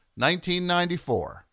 1994